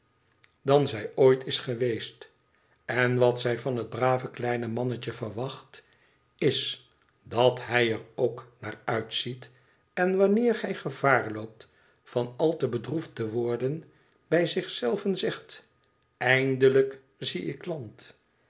dan zij ooit is geweest n wat zij van het brave kleine mannetje verwacht is dat hij er k naar uitziet en wanneer hij gevaar loopt van al te bedroefd te worden bij zich zelven zegt eindelijk zie ik land